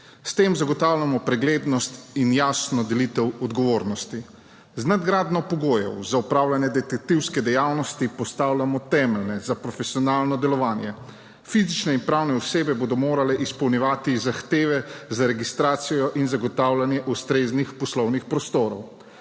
S tem zagotavljamo preglednost in jasno delitev odgovornosti. Z nadgradnjo pogojev za opravljanje detektivske dejavnosti postavljamo temelje za profesionalno delovanje. Fizične in pravne osebe bodo morale izpolnjevati zahteve za registracijo in zagotavljanje ustreznih poslovnih prostorov.